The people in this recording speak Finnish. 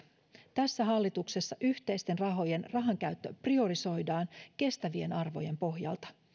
tässä hallituksessa yhteisten rahojen rahojen käyttö priorisoidaan kestävien arvojen pohjalta